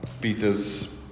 Peter's